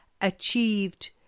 achieved